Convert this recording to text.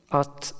att